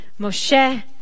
Moshe